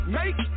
make